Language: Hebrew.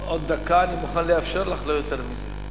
עוד דקה אני מוכן לאפשר לך, לא יותר מזה.